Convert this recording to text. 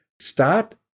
start